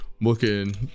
looking